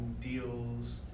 deals